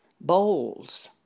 bowls